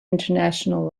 international